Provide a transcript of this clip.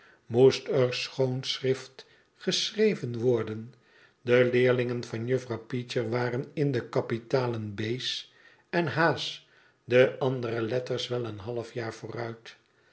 moest er schoonschrift geschreven worden de leerlingen van juffrouw peecher waren in de kapitale b's en h's de andere letters wel een half jaar vooruit